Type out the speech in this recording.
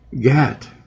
get